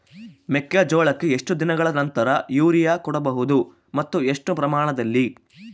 ಮೆಕ್ಕೆಜೋಳಕ್ಕೆ ಎಷ್ಟು ದಿನಗಳ ನಂತರ ಯೂರಿಯಾ ಕೊಡಬಹುದು ಮತ್ತು ಎಷ್ಟು ಪ್ರಮಾಣದಲ್ಲಿ?